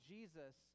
Jesus